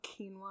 quinoa